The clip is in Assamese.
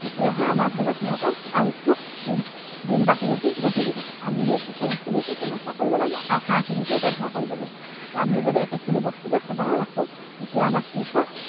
তেতিয়াহে আমাৰ ধৰি লওক সিহঁতৰ আয়ুসটো দিন দিন বাঢ়ি বাঢ়ি গৈ থাকিব আমি সেই কুকুৰাখিনিটো তেনেকুৱা কৰিব লাগে আৰু হাঁহখিনিতো তেনেকুৱা কৰিব লাগে ত' আমি যদি একেখিনি বস্তুকে সদায় ৰাখোঁ তেতিয়া আমাক কি হয়